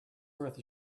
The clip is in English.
worth